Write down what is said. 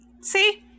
See